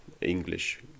English